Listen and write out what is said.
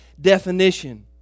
definition